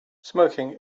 smoking